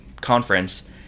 conference